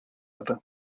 other